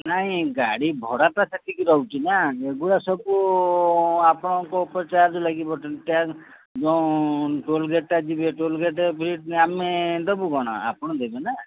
ନାଇ ଗାଡ଼ି ଭଡ଼ା ଟା ସେତିକି ରହୁଛି ନା ଏଗୁଡ଼ା ସବୁ ଆପଣଙ୍କ ଉପରେ ଚାର୍ଜ ଲାଗିବ ଯେଉଁ ଟୋଲ୍ ଗେଟ୍ଟା ଯିବେ ଟିକେ ଟୋଲ୍ ଗେଟ୍ ଭି ଆମେ ଦବୁ କ'ଣ ଆପଣ ଦେବେ ନା